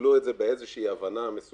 קיבלו את זה באיזושהי הבנה מסוימת.